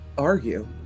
Argue